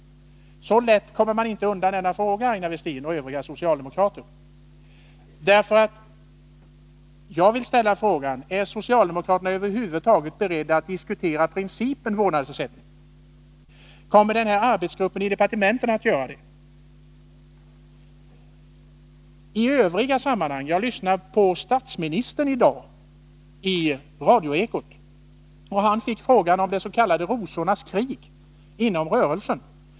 Så lätt kommer man inte undan denna fråga, Aina Westin och övriga socialdemokrater. Jag undrar: Är socialdemokraterna över huvud taget beredda att diskutera principen om vårdnadsersättning? Kommer denna arbetsgrupp i departementet att göra det? Jag lyssnade i dag på intervjun med statsministern i Radioekot. Han fick bl.a. frågor om ”rosornas krig” inom rörelsen.